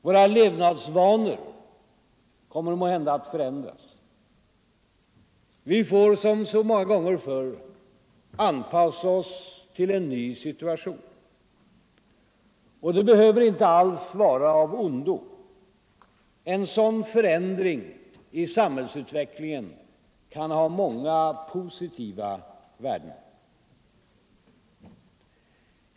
Våra levnadsvanor kommer måhända att förändras. Vi får, som så många gånger förr, anpassa oss till en ny situation. Och det behöver alls inte vara av ondo. En sådan förändring i samhällsutvecklingen kan ha många positiva värden.